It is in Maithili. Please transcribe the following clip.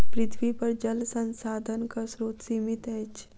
पृथ्वीपर जल संसाधनक स्रोत सीमित अछि